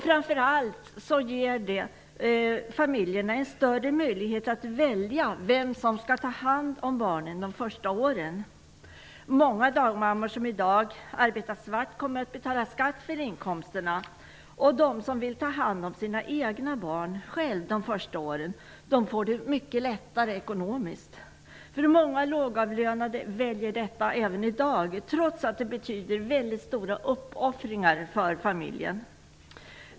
Framför allt ger det familjerna en större möjlighet att välja vem som skall ta hand om barnen de första åren. Många dagmammor som i dag arbetar svart kommer att betala skatt för inkomsterna. De som själv vill ta hand om sina egna barn de första åren får det mycket lättare ekonomiskt. Många lågavlönade väljer detta även i dag, trots att det betyder väldigt stora uppoffringar för familjen.